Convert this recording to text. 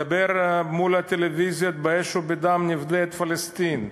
מדבר מול הטלוויזיה: באש ובדם נפדה את פלסטין,